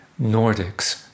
Nordics